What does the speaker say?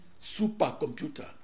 supercomputer